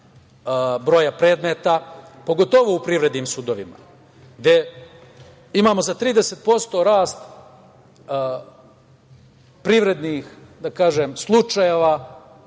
broja predmeta, pogotovo u privrednim sudovima, gde imamo za 30% rast privrednih slučajeva